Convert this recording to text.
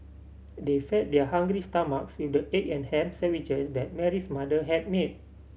they fed their hungry stomachs with the egg and ham sandwiches that Mary's mother had made